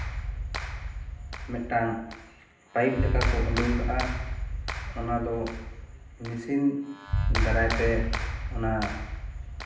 ᱢᱤᱫᱴᱟᱝ ᱯᱟᱭᱤᱯ ᱞᱮᱠᱟ ᱠᱚ ᱩᱰᱩᱝ ᱠᱟᱜᱼᱟ ᱚᱱᱟ ᱫᱚ ᱢᱤᱥᱤᱱ ᱫᱟᱨᱟᱭ ᱛᱮ ᱚᱱᱟ